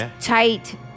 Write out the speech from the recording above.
tight